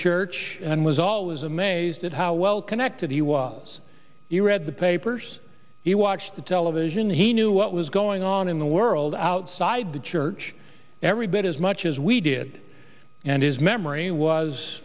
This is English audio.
church and was always amazed at how well connected he was to read the papers he watched the television he knew what was going on in the world outside the church every bit as much as we did and his memory was